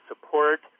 support